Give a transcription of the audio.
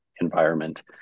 environment